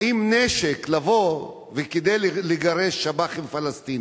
לבוא עם נשק כדי לגרש שב"חים פלסטינים.